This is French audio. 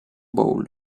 bowl